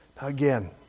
Again